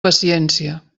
paciència